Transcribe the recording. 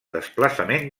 desplaçament